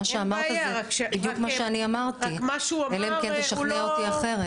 מה שאתה אמרת זה בדיוק מה שאני אמרתי אלא אם כן תשכנע אותי אחרת.